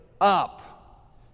up